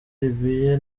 libiya